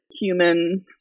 human